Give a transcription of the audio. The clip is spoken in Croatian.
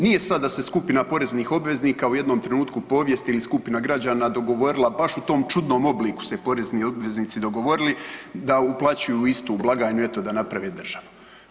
Nije sad da se skupina poreznih obveznika u jednom trenutku u povijesti ili skupina građana dogovorila baš u tom čudnom obliku su se porezni obveznici dogovorili da uplaćuju u istu blagajnu eto da naprave državu.